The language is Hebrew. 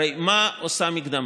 הרי מה עושה מקדמה?